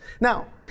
Now